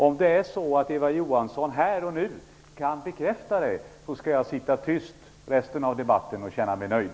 Om det är så att Eva Johansson här och nu kan bekräfta det skall jag sitta tyst under resten av debatten och känna mig nöjd.